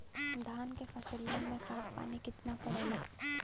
धान क फसलिया मे खाद पानी कितना पड़े ला?